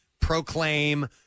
proclaim